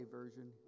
version